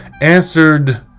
answered